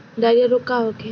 Diarrhoea रोग का होखे?